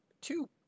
two